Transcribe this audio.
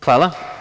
Hvala.